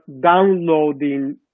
downloading